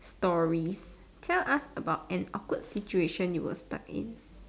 stories tell us about an awkward situation you were stuck in